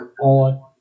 on